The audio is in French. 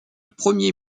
premier